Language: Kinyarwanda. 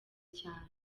cyane